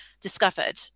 discovered